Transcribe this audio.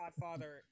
Godfather